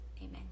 amen